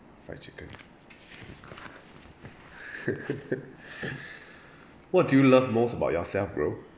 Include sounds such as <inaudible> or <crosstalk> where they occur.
fried chicken <laughs> what do you love most about yourself bro